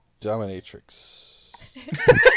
Dominatrix